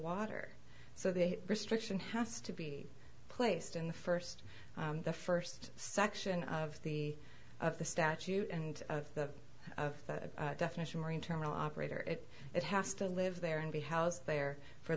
water so the restriction has to be placed in the first the first section of the of the statute and of the of that definition marine terminal operator it it has to live there and be housed there for